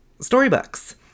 storybooks